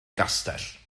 castell